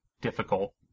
difficult